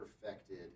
perfected